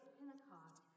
Pentecost